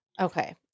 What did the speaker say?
Okay